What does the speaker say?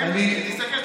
תסתכל,